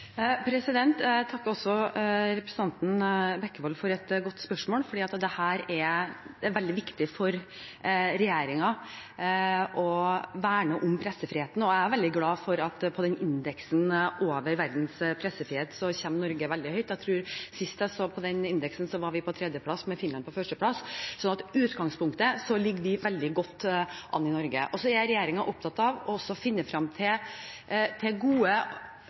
Jeg takker representanten Bekkevold for et godt spørsmål, for det er veldig viktig for regjeringen å verne om pressefriheten. Jeg er veldig glad for at Norge kommer veldig høyt på indeksen over verdens pressefrihet. Jeg tror at sist jeg så på den indeksen, var vi på tredjeplass, med Finland på førsteplass. I utgangspunktet ligger vi veldig godt an i Norge. Regjeringen er opptatt av å finne fram til gode og fremtidsrettede forretningsmodeller for mediehusene, at vi har sterke, redaktørstyrte medier som forholder seg til